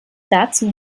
dazu